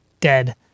Dead